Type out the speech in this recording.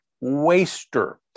waster